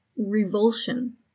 revulsion